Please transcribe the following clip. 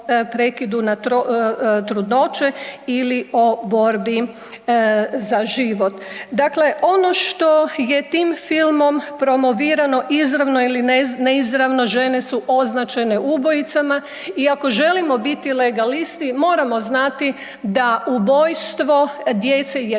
prekidu trudnoće ili o borbi za život. Dakle, ono što je tim filmom promovirano izravno ili ne izravno žene su označene ubojicama i ako želimo biti legalisti moramo znati da ubojstvo djece je